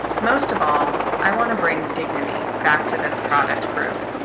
most of all, i want to bring dignity back to this product group,